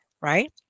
right